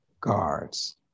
guards